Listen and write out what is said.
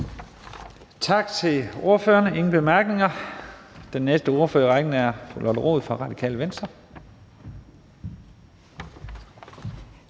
Tak til ordføreren. Der er ingen korte bemærkninger. Den næste ordfører i rækken er fru Lotte Rod fra Radikale Venstre.